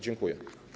Dziękuję.